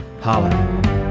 holla